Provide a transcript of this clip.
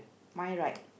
my right